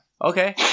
Okay